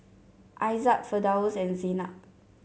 Aizat Firdaus and Zaynab